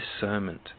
discernment